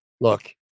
Look